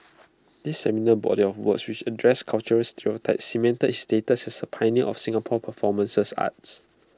this seminal body of works which addresses cultural stereotypes cemented his status as A pioneer of Singapore's performance art